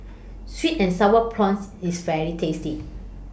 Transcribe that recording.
Sweet and Sour Prawns IS very tasty